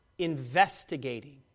investigating